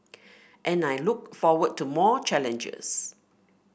and I look forward to more challenges